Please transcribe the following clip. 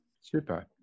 Super